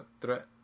Threat